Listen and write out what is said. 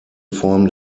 form